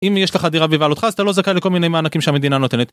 אם יש לך דירה בבעלותך אז אתה לא זכאי לכל מיני מענקים שהמדינה נותנת.